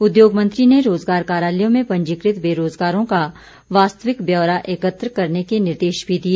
उद्योग मंत्री ने रोजगार कार्यालयों में पंजीकृत बेरोजगारों का वास्तविक ब्यौरा एकत्र करने के निर्देश भी दिए